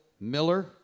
Miller